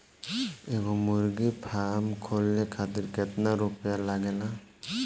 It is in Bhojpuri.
एगो मुर्गी फाम खोले खातिर केतना रुपया लागेला?